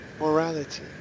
morality